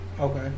Okay